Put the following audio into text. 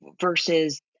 versus